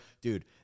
Dude